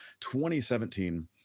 2017